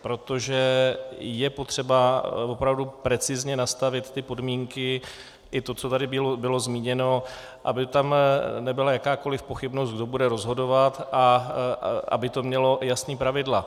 Protože je potřeba, ale opravdu precizně, nastavit podmínky i to, co tady bylo zmíněno, aby tam nebyla jakákoliv pochybnost, kdo bude rozhodovat, a aby to mělo jasná pravidla.